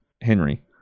Henry